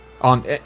on